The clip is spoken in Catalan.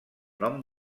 nom